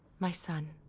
my son,